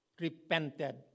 repented